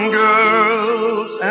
girls